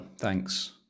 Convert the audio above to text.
Thanks